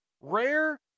Rare